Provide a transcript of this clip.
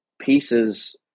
pieces